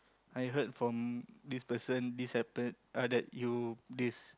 I heard from this person this happen and that you this